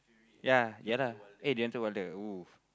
yeah ya lah oo